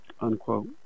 unquote